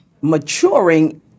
maturing